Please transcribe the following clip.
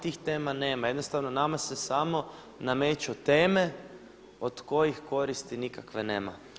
Tih tema nema, jednostavno nama se samo nameću teme od kojih koristi nikakve nema.